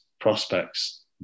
prospects